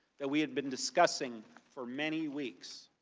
that we have been discussing for many weeks.